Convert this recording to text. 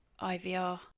ivr